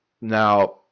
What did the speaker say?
now